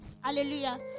Hallelujah